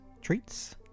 treats